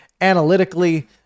analytically